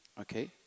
Okay